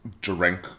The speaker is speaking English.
drink